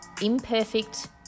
imperfect